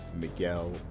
Miguel